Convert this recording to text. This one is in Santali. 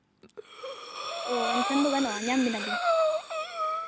ᱚᱸᱻ ᱮᱱᱠᱷᱟᱱ ᱫᱚ ᱜᱟᱱᱚᱜᱼᱟ ᱧᱟᱢ ᱵᱤᱱᱟ ᱞᱤᱧ